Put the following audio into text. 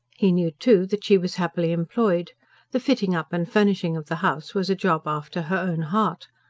he knew, too, that she was happily employed the fitting-up and furnishing of the house was a job after her own heart.